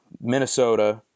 Minnesota